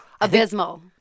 Abysmal